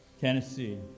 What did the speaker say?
Tennessee